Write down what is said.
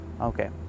okay